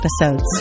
episodes